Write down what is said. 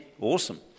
Awesome